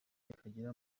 ikagera